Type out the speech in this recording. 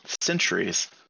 centuries